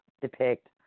depict